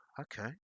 okay